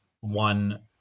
one